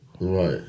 Right